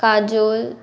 Kajol